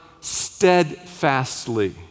steadfastly